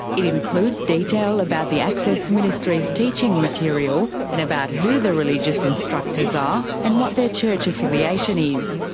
it includes detail about the access ministries teaching material and about who the religious instructors are and what their church affiliation is.